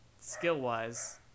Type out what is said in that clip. skill-wise